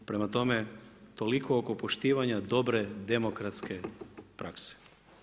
Prema tome, toliko oko poštivanja dobre demokratske prakse.